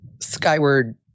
Skyward